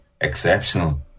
exceptional